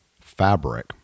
fabric